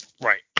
Right